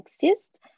Exist